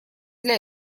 для